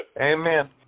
Amen